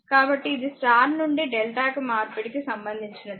కాబట్టి ఇది స్టార్ నుండి డెల్టా కి మార్పిడి కి సంబంధించినది